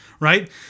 Right